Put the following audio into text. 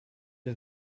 der